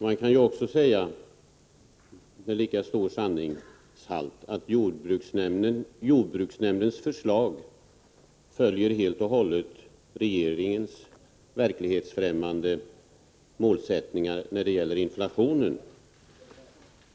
Man kan, med lika stor sanningshalt, säga att jordbruksnämndens förslag helt och hållet följer regeringens verklighetsfrämmande målsättningar när det gäller inflationen.